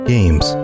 Games